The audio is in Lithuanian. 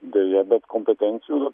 deja bet kompetencijų